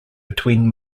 between